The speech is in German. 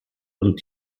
und